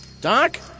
Doc